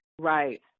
Right